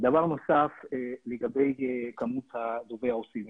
דבר נוסף, לגבי כמות דוברי הרוסית במדינה.